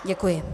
Děkuji.